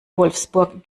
wolfsburg